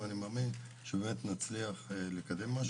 ואני מאמין שבאמת נצליח לקדם משהו.